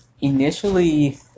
initially